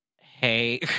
hey